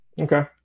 Okay